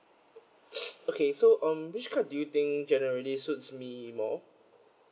okay so um which card do you think generally suits me more